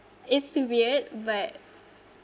it's so weird but